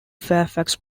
fairfax